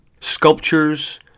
Sculptures